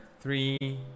three